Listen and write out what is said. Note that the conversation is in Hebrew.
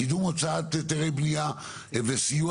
קידום הוצאת היתרי בנייה וסיוע